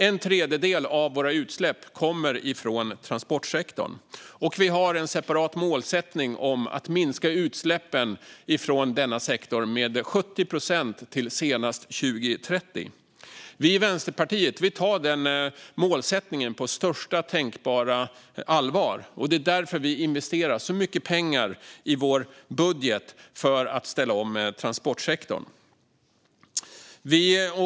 En tredjedel av våra utsläpp kommer från transportsektorn, och vi har en separat målsättning om att minska utsläppen från denna sektor med 70 procent till senast 2030. Vänsterpartiet tar denna målsättning på största tänkbara allvar, och det är därför vi investerar så mycket pengar i vår budget för att ställa om transportsektorn.